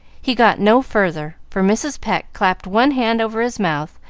he got no further, for mrs. pecq clapped one hand over his mouth,